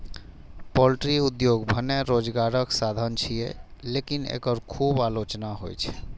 poultry उद्योग भने रोजगारक साधन छियै, लेकिन एकर खूब आलोचना होइ छै